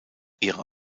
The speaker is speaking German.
ihre